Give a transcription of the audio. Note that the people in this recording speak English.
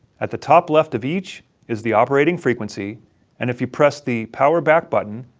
at the top left of each is the operating frequency and if you press the power back button.